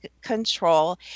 control